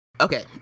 okay